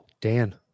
Dan